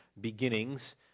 beginnings